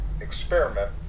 experiment